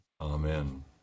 Amen